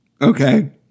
Okay